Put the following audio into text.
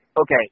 Okay